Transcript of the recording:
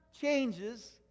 changes